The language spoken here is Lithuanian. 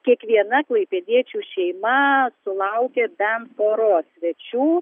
kiekviena klaipėdiečių šeima sulaukė bent poros svečių